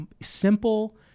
simple